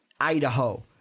Idaho